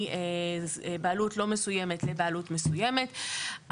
מבעלות לא מסוימת לבעלות מסוימת,